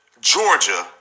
Georgia